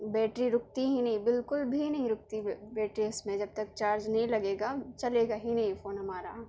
battery رکتی ہی نہیں بالکل بھی نہیں رکتی بیٹری اس میں جب تک چارج نہیں لگے گا چلے گا ہی نہیں فون ہمارا